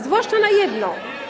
zwłaszcza na jedno.